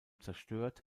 zerstört